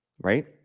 right